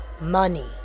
money